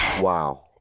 Wow